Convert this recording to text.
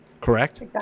correct